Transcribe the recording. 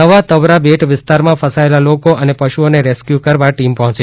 નવા તવરા બેટ વિસ્તારમાં ફસાયેલા લોકો અને પશુઓને રેસ્ક્યુ કરવા ટીમ પહોંચી